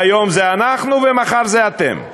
והיום זה אנחנו ומחר זה אתם.